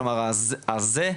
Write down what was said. כלומר ה- ,'זה'